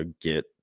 get